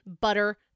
butter